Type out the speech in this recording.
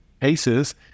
cases